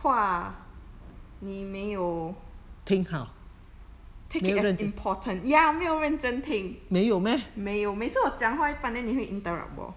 话你没有 take it as important ya 没有认真听没有每次我讲话一半 then 你会 interrupt 我